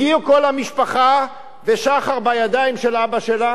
הגיעו כל המשפחה, ושחר בידיים של אבא שלה,